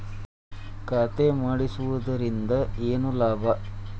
ಖಾತೆ ಮಾಡಿಸಿದ್ದರಿಂದ ಏನು ಲಾಭ?